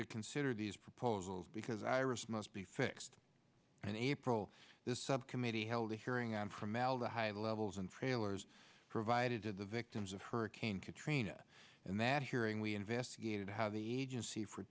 to consider these proposals because iris must be fixed and april this subcommittee held a hearing on formaldehyde levels and trailers provided to the victims of hurricane katrina and that hearing we investigated how the agency for